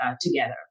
together